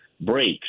breaks